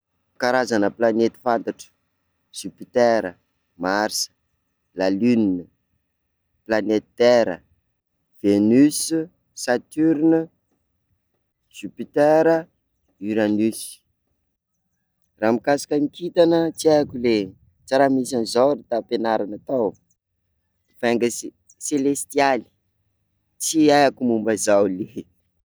Karazana planety fantatro: jupiter, mars, la lune, planety terre, venus, saturne, jupiter, uranus; raha mikasika ny kintana tsy haiko ley, tsy raha nisy anzao tam-pianarana tao, vainga se- selestialy, tsy haiko momba zao lie.